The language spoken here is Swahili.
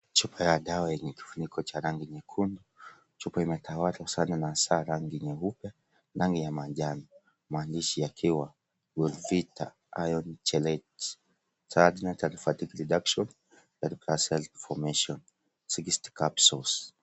Chupa ya dawa yenye kifuniko cha rangi nyekundu . Chupa imetawalwa sana na hasa rangi nyeupe ,rangi ya manjano . Mwandishi akiwa Wellvita , Iron Chelate . Tiredness and fatugue reduction . Red blood cell formation . 60 capsules .